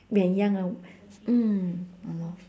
when young ah mm !hannor!